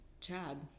Chad